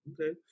Okay